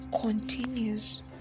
continues